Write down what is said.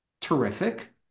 Terrific